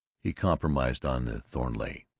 he compromised on the thornleigh.